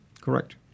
Correct